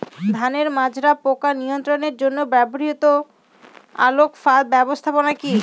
ধানের মাজরা পোকা নিয়ন্ত্রণের জন্য ব্যবহৃত আলোক ফাঁদ ব্যবস্থাপনা কি?